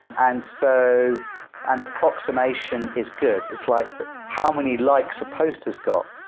and so an approximation is good. it's like how many likes supposed this got?